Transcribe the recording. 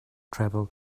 travel